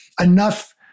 enough